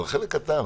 אבל חלק קטן.